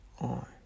on